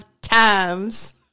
times